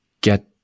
get